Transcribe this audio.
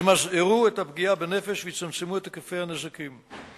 ימזערו את הפגיעה בנפש ויצמצמו את היקפי הנזקים.